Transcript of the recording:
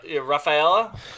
Rafaela